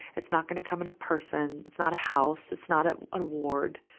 it's not gonna come in a person. it's not house. it's not a, an award.